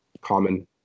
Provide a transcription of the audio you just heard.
common